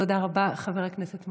תודה רבה, חבר הכנסת מעוז.